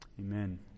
Amen